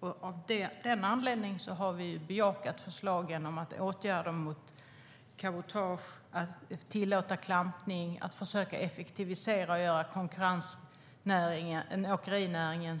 Av den anledningen har vi bejakat förslagen om åtgärder mot cabotage, att tillåta klampning och att försöka effektivisera och göra konkurrensen i åkerinäringen sund.